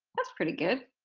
that's pretty good.